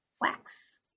wax